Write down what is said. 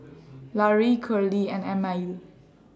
Larae Curley and Emile